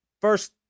First